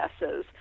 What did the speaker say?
yeses